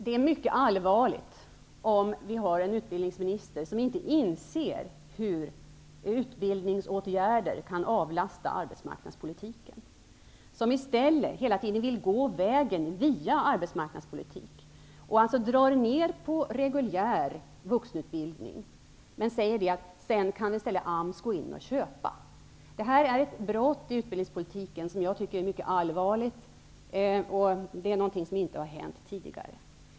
Det är mycket allvarligt om vi har en utbildningsminister som inte inser hur utbildningsåtgärder kan avlasta arbetsmarknadspolitiken och som i stället hela tiden vill gå via arbetsmarknadspolitiken. Han drar alltså ner på den reguljära vuxenutbildningen men säger att AMS sedan får gå in och köpa. Det här är ett brott i utbildningspolitiken som jag tycker är mycket allvarligt, och det är någonting som inte har hänt tidigare.